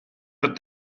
but